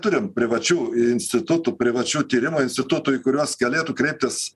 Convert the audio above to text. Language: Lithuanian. turim privačių institutų privačių tyrimų institutų į kuriuos galėtų kreiptis